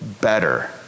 better